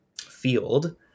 field